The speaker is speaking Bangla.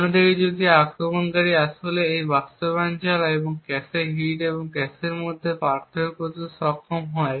অন্যদিকে যদি আক্রমণকারী আসলে এই বাস্তবায়ন চালায় এবং ক্যাশে হিট এবং ক্যাশের মধ্যে পার্থক্য করতে সক্ষম হয়